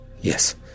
yes